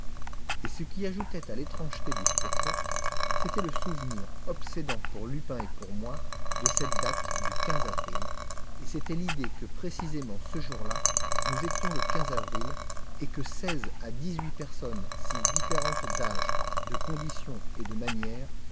et ce qui ajoutait à l'étrangeté du spectacle c'était le souvenir obsédant pour lupin et pour moi de cette date du avril inscrite à l'angle du tableau et c'était l'idée que précisément ce jour-là nous étions le avril et que seize à dix-huit personnes si différentes d'âge de condition et de manières